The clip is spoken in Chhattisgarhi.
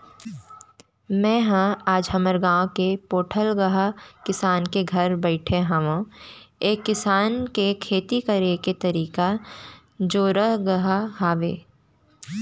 मेंहा आज हमर गाँव के पोठलगहा किसान के घर बइठे हँव ऐ किसान के खेती करे के तरीका जोरलगहा हावय